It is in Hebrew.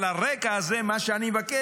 מכבד